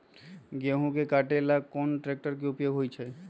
गेंहू के कटे ला कोंन ट्रेक्टर के उपयोग होइ छई?